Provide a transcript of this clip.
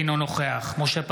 אינו נוכח משה פסל,